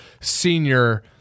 senior